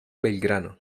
belgrano